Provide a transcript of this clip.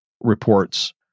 reports